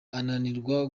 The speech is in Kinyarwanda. ananirwa